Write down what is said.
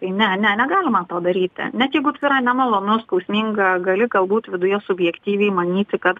tai ne ne negalima to daryti net jeigu tikrai nemalonu skausminga gali galbūt viduje subjektyviai manyti kad